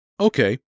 Okay